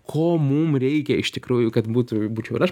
ko mum reikia iš tikrųjų kad būtų būčiau ir aš